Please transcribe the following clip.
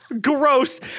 Gross